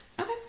Okay